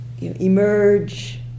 emerge